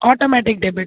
automatic debit